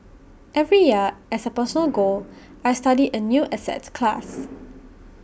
every year as A personal goal I study A new asset class